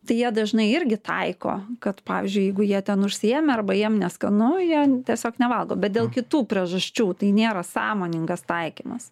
tai jie dažnai irgi taiko kad pavyzdžiui jeigu jie ten užsiėmę arba jiem neskanu jie tiesiog nevalgo bet dėl kitų priežasčių tai nėra sąmoningas taikymas